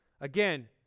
Again